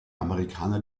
amerikaner